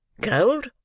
Gold